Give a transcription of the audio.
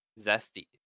Zesty